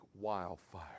wildfire